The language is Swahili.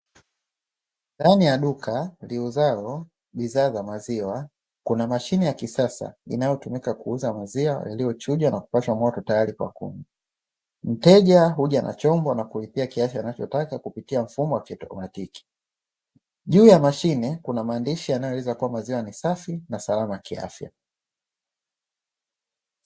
Ndani ya duka liuzalo bidhaa maziwa kuna mashine ya kisasa inayotumika kuuza maziwa yaliyochujwa na kupashwa moto tayari kwa kunywa, mteja huja na chombo na kulipia kiasi anachotaka kupitia mfumo wa kiotomatiki juu ya mashine kuna maandishi yanayoweza kuwa maziwa ni safi na salama kiafya.